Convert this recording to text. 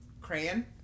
crayon